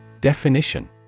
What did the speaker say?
Definition